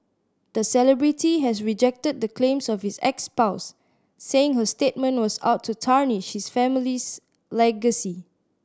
the celebrity has rejected the claims of his ex spouse saying her statement was out to tarnish his family's legacy